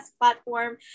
platform